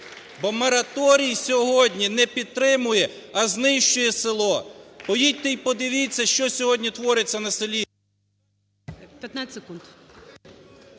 Бо мораторій сьогодні не підтримує, а знищує село. Поїдьте і подивіться, що сьогодні твориться на селі…